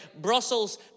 Brussels